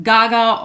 Gaga